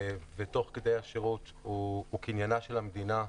ותוך כדי השירות הוא קניינה של המדינה.